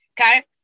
okay